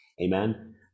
Amen